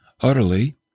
utterly